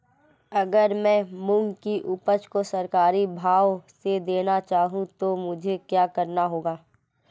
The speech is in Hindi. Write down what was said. अगर मैं मूंग की उपज को सरकारी भाव से देना चाहूँ तो मुझे क्या करना होगा?